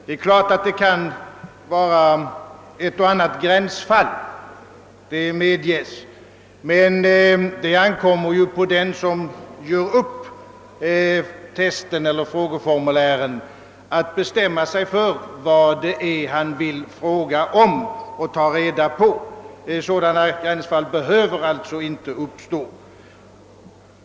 Det medges, att det kan finnas ett och annat gränsfall, men det ankommer ju på den som gör upp testoch frågeformulären att bestämma sig för vad han vill fråga om och ta reda på. Sådana gränsfall behöver alltså egentligen inte uppstå.